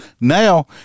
now